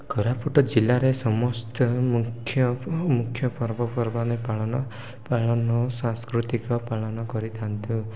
କୋରାପୁଟ ଜିଲ୍ଲାରେ ସମସ୍ତ ମୁଖ୍ୟ ମୁଖ୍ୟ ପର୍ବପର୍ବାଣୀମାନେ ପାଳନ ପାଳନ ଓ ସାଂସ୍କୃତିକ ପାଳନ କରିଥାନ୍ତି